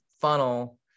funnel